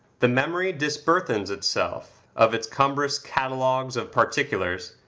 the memory disburthens itself of its cumbrous catalogues of particulars,